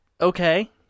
Okay